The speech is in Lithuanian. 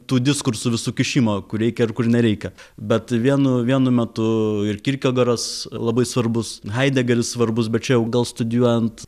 tų diskursų visų kišimo kur reikia ir kur nereikia bet vienu vienu metu ir kirkegoras labai svarbus haidegeris svarbus bet čia jau gal studijuojant